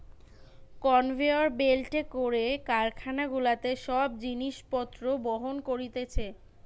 conveyor বেল্টে করে কারখানা গুলাতে সব জিনিস পত্র বহন করতিছে